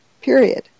period